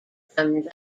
from